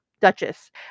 duchess